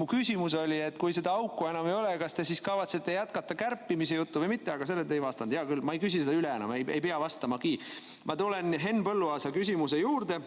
Mu küsimus oli, et kui seda auku enam ei ole, kas te siis kavatsete jätkata kärpimisjuttu või mitte, aga sellele te ei vastanud. Hea küll, ma ei küsi seda üle enam, ei peagi vastama. Ma tulen Henn Põlluaasa küsimuse juurde,